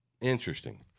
Interesting